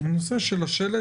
הנושא של השלט